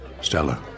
Stella